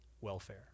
welfare